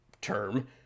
term